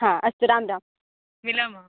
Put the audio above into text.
हा अस्तु राम् राम् मिलामः